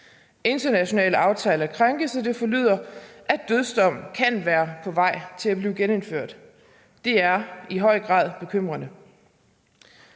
internationale aftaler krænkes, og det forlyder, at dødsdom kan være på vej til at blive genindført. Det er i høj grad bekymrende.